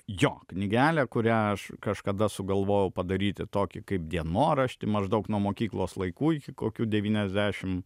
jo knygelė kurią aš kažkada sugalvojau padaryti tokį kaip dienoraštį maždaug nuo mokyklos laikų iki kokių devyniasdešimt